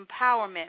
empowerment